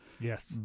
Yes